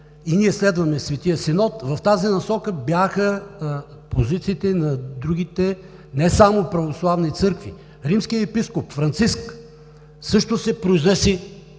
и ние следваме Светия Синод. В тази насока бяха позициите и на другите църкви, не само православните, а Римският епископ Франциск също се произнесе